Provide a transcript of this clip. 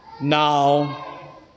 now